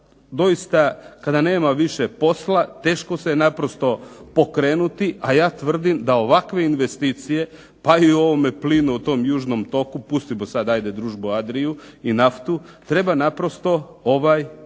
doista kada nemamo više posla teško se naprosto pokrenuti, a ja tvrdim da ovakve investicije pa i u ovome plinu o tom južnom toku, pustimo sada Družbu Adriju i naftu treba prihvatiti.